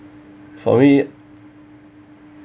for me